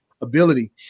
ability